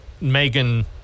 Megan